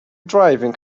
driving